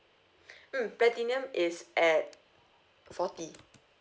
mm platinum is at forty